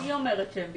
היא אומרת שהם ביקשו.